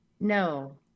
No